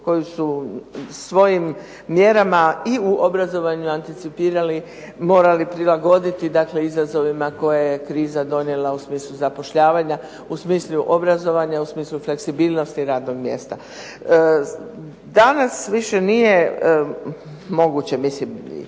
koju su svojim mjerama i u obrazovanju anticipirali, morali prilagoditi izazovima koje je kriza donijela u smislu zapošljavanja, u smislu obrazovanja, u smislu fleksibilnosti radnog mjesta. Danas više nije moguće, do